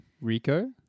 Rico